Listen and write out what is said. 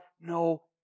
no